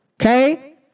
Okay